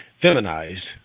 feminized